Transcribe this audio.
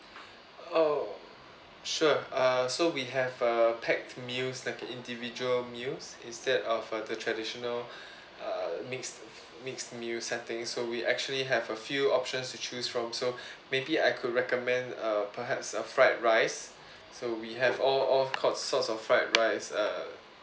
oh sure uh so we have uh packed meals like a individual meals is that of uh the traditional uh mix mix meal setting so we actually have a few options to choose from so maybe I could recommend uh perhaps uh fried rice so we have all all cort~ sorts of fried rice uh